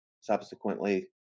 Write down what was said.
subsequently